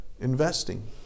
investing